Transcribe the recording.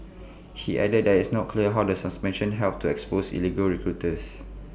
he added that it's not clear how the suspension helps to expose illegal recruiters